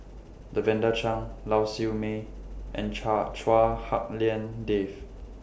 Lavender Chang Lau Siew Mei and Cha Chua Hak Lien Dave